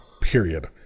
period